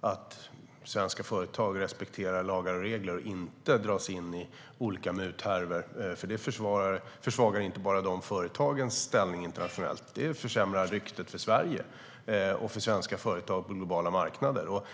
att svenska företag respekterar lagar och regler och inte dras in i olika muthärvor, för det försvagar inte bara de företagens ställning internationellt, utan det försämrar ryktet för Sverige och för svenska företag på globala marknader.